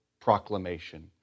proclamation